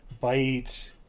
bite